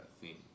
theme